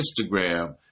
Instagram